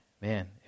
man